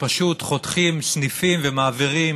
שפשוט חותכים סניפים ומעבירים